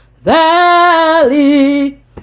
valley